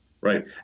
Right